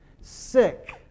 sick